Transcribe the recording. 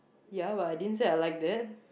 ya but I didn't say I like that